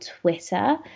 Twitter